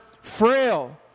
frail